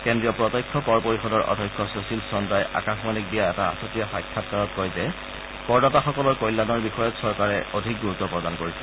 কেন্দ্ৰীয় প্ৰত্যক্ষ কৰ পৰিষদৰ অধ্যক্ষ সুশীল চন্দ্ৰাই আকাশবাণীক দিয়া এটা আচুতীয়া সাক্ষাৎকাৰত কয় যে কৰদাতাসকলৰ কল্যাণৰ বিষয়ত চৰকাৰে অধিক গুৰুত্ব প্ৰদান কৰিছে